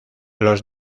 los